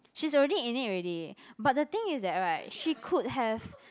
she's already in it already but the thing is that right she could have